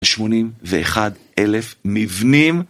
שמונים ואחד אלף מבנים